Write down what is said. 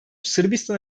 sırbistan